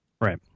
Right